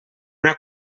una